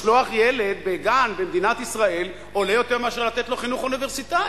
לשלוח ילד לגן במדינת ישראל עולה יותר מאשר לתת לו חינוך אוניברסיטאי,